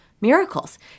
Miracles